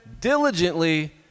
diligently